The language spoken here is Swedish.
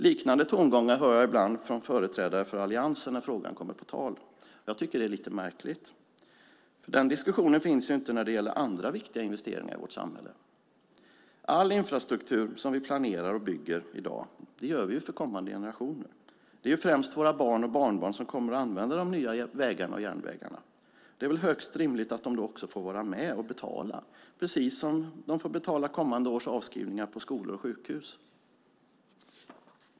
Liknande tongångar hör jag ibland från företrädare för Alliansen när frågan kommer på tal. Jag tycker att det är lite märkligt. Den diskussionen finns ju inte när det gäller andra viktiga investeringar i vårt samhälle. All infrastruktur som vi planerar och bygger i dag gör vi ju för kommande generationer. Det är främst våra barn och barnbarn som kommer att använda de nya vägarna och järnvägarna. Det är väl högst rimligt att de då också får vara med och betala, precis som de får betala kommande års avskrivningar på skolor och sjukhus.